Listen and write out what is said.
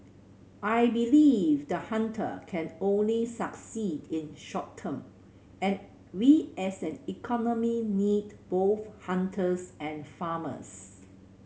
I believe the hunter can only succeed in short term and we as an economy need both hunters and farmers